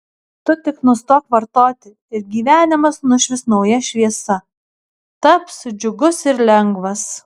tu tik nustok vartoti ir gyvenimas nušvis nauja šviesa taps džiugus ir lengvas